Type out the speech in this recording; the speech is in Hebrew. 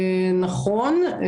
נכון.